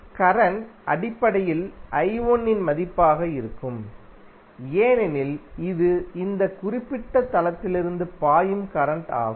current அடிப்படையில் I1 இன் மதிப்பாக இருக்கும் ஏனெனில் இது இந்த குறிப்பிட்ட தளத்திலிருந்து பாயும் கரண்ட் ஆகும்